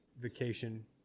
vacation